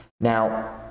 Now